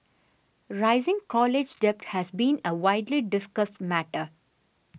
rising college debt has been a widely discussed matter